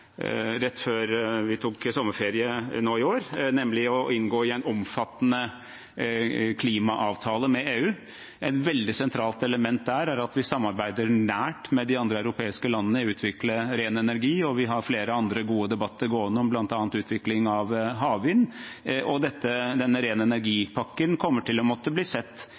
vi tok sommerferie nå i år, nemlig å inngå i en omfattende klimaavtale med EU. Et veldig sentralt element der er at vi samarbeider nært med de andre europeiske landene om å utvikle ren energi, vi har flere andre gode debatter gående om bl.a. utvikling av havvind, og denne ren energi-pakken kommer til å måtte bli sett